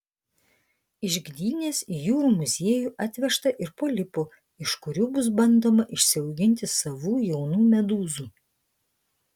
iš gdynės į jūrų muziejų atvežta ir polipų iš kurių bus bandoma išsiauginti savų jaunų medūzų